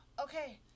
okay